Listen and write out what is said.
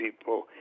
people